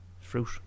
fruit